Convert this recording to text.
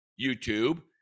YouTube